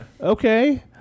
Okay